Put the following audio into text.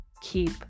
keep